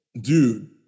dude